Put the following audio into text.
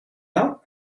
out